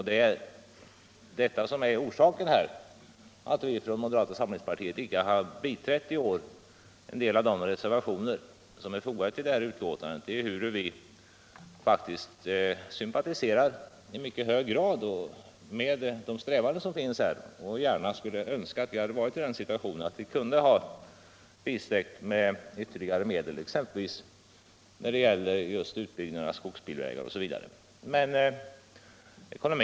Det är detta som är orsaken till att moderata samlingspartiet i år icke har biträtt en del av de reservationer som är fogade till betänkandet, ehuru vi faktiskt sympatiserar i mycket hög grad med de strävanden som finns där och gärna skulle önska att vi hade varit i den situationen att vi kunnat bisträcka med ytterligare medel, exempelvis till utbyggnaden av skogsbilvägar.